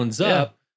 up